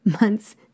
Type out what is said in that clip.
months